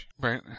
Right